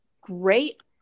great